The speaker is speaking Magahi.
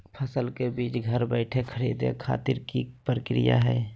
फसल के बीज घर बैठे खरीदे खातिर की प्रक्रिया हय?